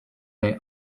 their